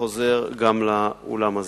חוזר גם לאולם הזה.